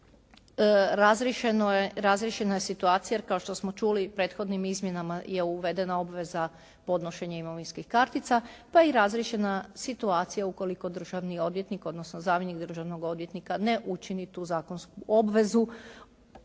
razriješena je situacija jer kao što smo čuli prethodnim izmjenama je uvedena obveza podnošenja imovinskih kartica pa je razriješena situacija ukoliko državni odvjetnik, odnosno zamjenik državnog odvjetnika ne učini tu zakonsku obvezu